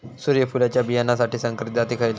सूर्यफुलाच्या बियानासाठी संकरित जाती खयले?